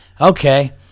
okay